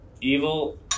evil